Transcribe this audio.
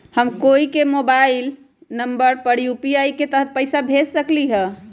हम कोई के मोबाइल नंबर पर यू.पी.आई के तहत पईसा कईसे भेज सकली ह?